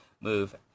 move